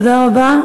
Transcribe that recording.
תודה רבה.